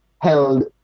held